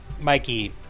Mikey